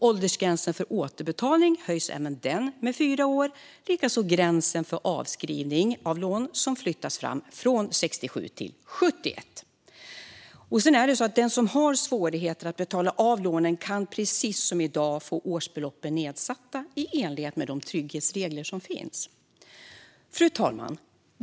Åldersgränsen för återbetalning höjs även den med fyra år, liksom gränsen för avskrivning av lån, som flyttas fram från 67 till 71. Den som har svårigheter att betala av lånen kan precis som i dag få årsbeloppen nedsatta i enlighet med de trygghetsregler som finns. Fru talman!